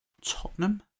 Tottenham